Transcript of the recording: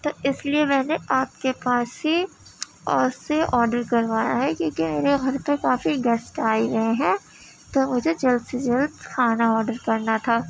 تو اس لیے میں نے آپ کے پاس ہی اور اس سے آڈر کروایا ہے کیوں کہ میرے گھر پہ کافی گیسٹ آئے ہوئے ہیں تو مجھے جلد سے جلد کھانا آڈر کرنا تھا